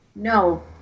No